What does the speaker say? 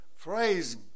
Praise